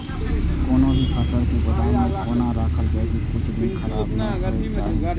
कोनो भी फसल के गोदाम में कोना राखल जाय की कुछ दिन खराब ने होय के चाही?